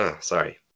sorry